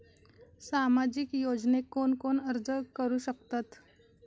सामाजिक योजनेक कोण कोण अर्ज करू शकतत?